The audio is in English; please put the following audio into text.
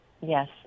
Yes